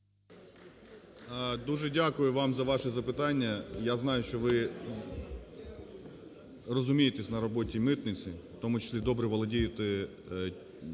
Дуже дякую вам за ваше запитання. Я знаю, що ви розумієтесь на роботі митниці, у тому числі добре володієте